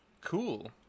Cool